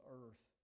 earth